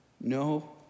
No